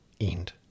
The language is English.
end